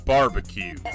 Barbecue